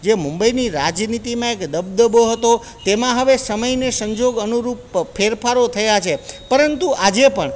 જે મુંબઈની રાજનીતિમાં જે એક દબદબો હતો તેમાં હવે સમયને સંજોગ અનુરૂપ ફેરફારો થયા છે પરંતુ આજે પણ